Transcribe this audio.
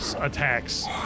attacks